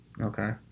okay